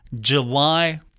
July